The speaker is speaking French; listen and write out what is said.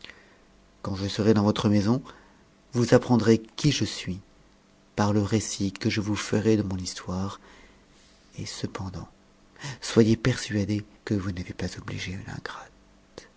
quand je serai dans voire maison vous apprendrez qui je suis par le récit que je vous ferai de mon histoire et cependant soyez persuadé que vous n'avez pas obligé une ingrate